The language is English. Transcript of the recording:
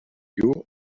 you